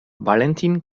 valentin